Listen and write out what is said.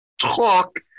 talk